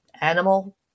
animal